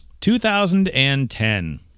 2010